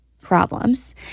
problems